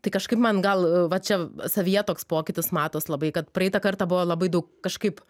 tai kažkaip man gal va čia savyje toks pokytis matos labai kad praeitą kartą buvo labai daug kažkaip